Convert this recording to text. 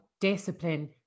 discipline